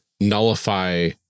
nullify